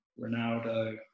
Ronaldo